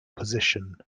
position